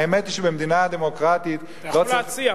האמת היא שבמדינה דמוקרטית, אתה יכול להציע.